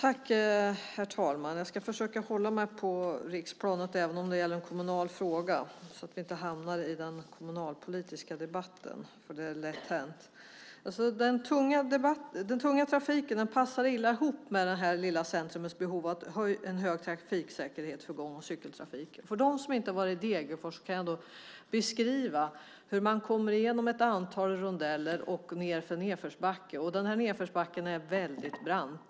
Herr talman! Även om det gäller en kommunal fråga ska jag försöka hålla mig på riksplanet så att vi inte hamnar i den kommunalpolitiska debatten. Det är lätt hänt. Den tunga trafiken passar illa ihop med det lilla centrumets behov av hög trafiksäkerhet för gång och cykeltrafik. För dem som inte varit i Degerfors kan jag berätta att man först kommer igenom ett antal rondeller och därefter nedför en backe. Den backen är mycket brant.